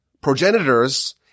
progenitors